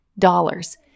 dollars